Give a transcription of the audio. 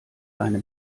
eine